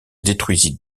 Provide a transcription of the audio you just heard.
détruisit